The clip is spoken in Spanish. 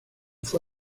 fue